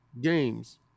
games